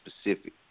specific